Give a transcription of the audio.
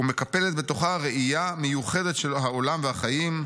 ומקפלת בתוכה ראייה מיוחדת של העולם והחיים,